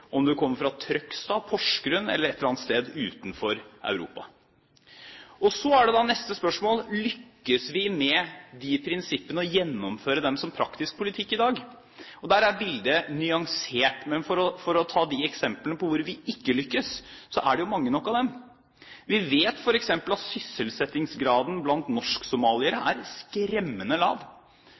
om du kommer fra Norge, om du kommer fra Trøgstad, Porsgrunn eller et eller annet sted utenfor Europa. Så er neste spørsmål: Lykkes vi med prinsippene om å gjennomføre dette som praktisk politikk i dag? Der er bildet nyansert. Men eksemplene der vi ikke lykkes, er det mange nok av. Vi vet f.eks. at sysselsettingsgraden blant norsk-somaliere er skremmende lav.